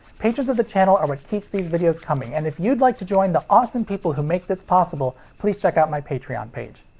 patrons of the channel are what keeps these videos coming, and if you'd like to join the awesome people who make this possible, please check out my patreon page.